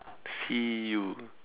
feel